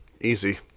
Easy